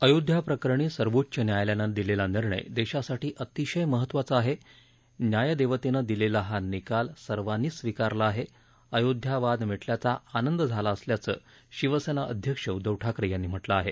अयोध्या प्रकरणी सर्वोच्च न्यायालयानं दिलेला निर्णय देशासाठी अतिशय महत्वाचा आहे न्यायदेवतेनं दिलेला हा निकाल सर्वांनीच स्वीकारला आहे अयोध्या वाद मिटल्याचा आनंद झाला असल्याचं शिवसेना अध्यक्ष उद्धव ठाकरे यांनी म्हटलं आहे